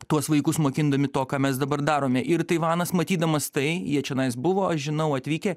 tuos vaikus mokindami to ką mes dabar darome ir taivanas matydamas tai jie čianais buvo aš žinau atvykę